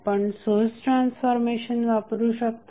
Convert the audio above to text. आपण source transformation वापरू शकता